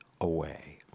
away